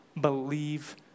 believe